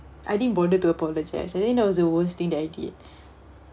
I didn't bother to apologise I think that was the worst thing that I did